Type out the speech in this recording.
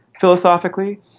philosophically